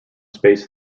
space